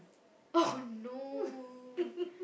oh no